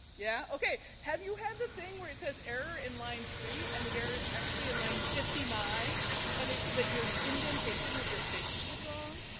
yeah, okay. have you have the thing where it says error in line three and the error is actually in line fifty nine and it's that your indentation with your spaces was wrong?